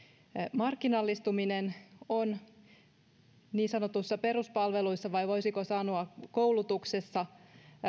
markkinallistuminen on niin sanotuissa peruspalveluissa vai voisiko sanoa koulutuksessa